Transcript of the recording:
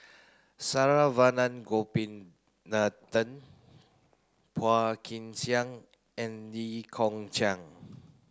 Saravanan Gopinathan Phua Kin Siang and Lee Kong Chian